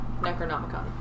Necronomicon